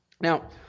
Now